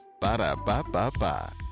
Ba-da-ba-ba-ba